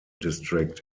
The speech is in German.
district